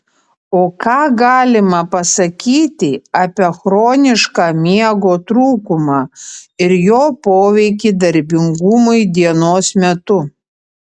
o ką galima pasakyti apie chronišką miego trūkumą ir jo poveikį darbingumui dienos metu